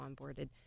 onboarded